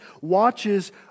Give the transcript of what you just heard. watches